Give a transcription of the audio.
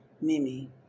mimi